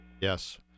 Yes